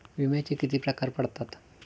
विम्याचे किती प्रकार पडतात?